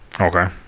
Okay